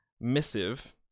missive